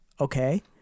Okay